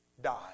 died